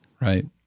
Right